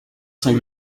saint